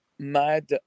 mad